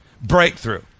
Breakthrough